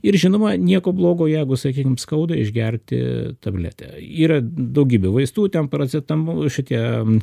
ir žinoma nieko blogo jeigu sakykim skauda išgerti tabletę yra daugybė vaistų ten paracetamolo šitie em